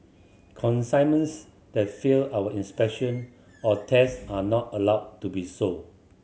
consignments that fail our inspection or tests are not allowed to be sold